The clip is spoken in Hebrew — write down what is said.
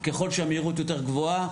ככל שהמהירות יותר גבוהה,